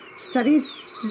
studies